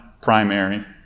primary